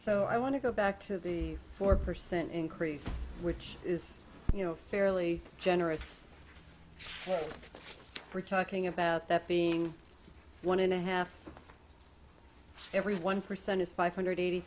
so i want to go back to the four percent increase which is you know fairly generous we're talking about that being one and a half every one percent is five hundred eighty